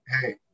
hey